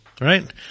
right